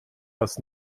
das